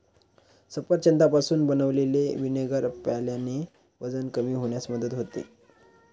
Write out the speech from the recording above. सफरचंदापासून बनवलेले व्हिनेगर प्यायल्याने वजन कमी होण्यास मदत होते